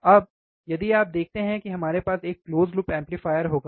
अब यदि आप देखते हैं कि हमारे पास एक क्लोज़ लूप एम्पलीफायर होगा